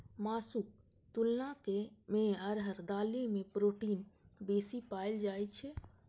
मासुक तुलना मे अरहर दालि मे प्रोटीन बेसी पाएल जाइ छै